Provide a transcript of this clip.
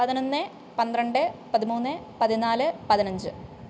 പതിനൊന്ന് പന്ത്രണ്ട് പതിമൂന്ന് പതിനാല് പതിനഞ്ച്